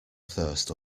thirst